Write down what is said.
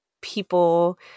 people